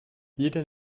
jeder